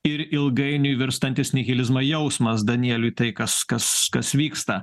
ir ilgainiui virstantis nihilizmą jausmas danieliui tai kas kas kas vyksta